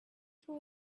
told